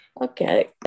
Okay